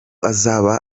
azaba